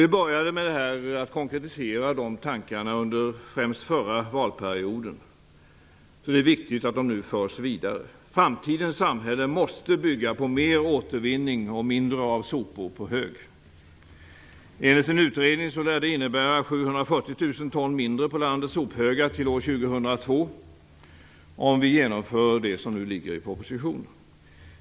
Vi började med att konkretisera de tankarna under främst förra valperioden. Det är viktigt att de nu förs vidare. Framtidens samhälle måste bygga på mer återvinning och mindre av sopor på hög. Enligt en utredning lär det innebära 740 000 ton mindre på landets sophögar till år 2002 om vi genomför det som nu föreslås i propositionen.